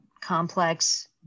complex